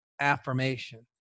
affirmation